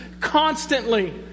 constantly